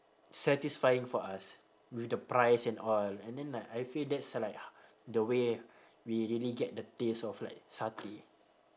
satisfying for us with the price and all and then like I feel that's like the way we really get the taste of like satay